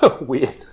Weird